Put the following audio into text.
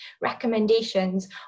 recommendations